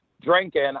drinking